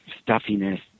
stuffiness